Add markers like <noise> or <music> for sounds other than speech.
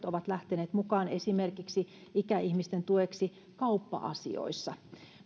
<unintelligible> ovat lähteneet mukaan esimerkiksi ikäihmisten tueksi kauppa asioissa